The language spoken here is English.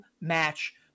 match